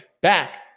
back